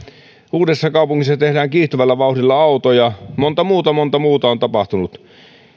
uudessakaupungissa tehdään kiihtyvällä vauhdilla autoja monta muuta monta muuta on tapahtunut